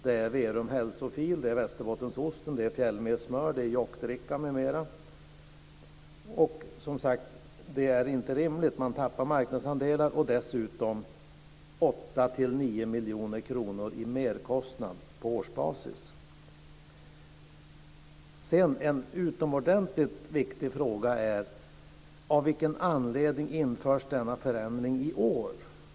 Det gäller Verum hälsofil, Västerbottensost, Fjällmessmör, Jockdricka m.m. Detta är inte rimligt. Man tappar marknadsandelar, och får dessutom 8-9 miljoner kronor i merkostnad på årsbasis. En utomordentligt viktig fråga är: Av vilken anledning införs denna förändring i år?